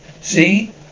See